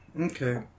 Okay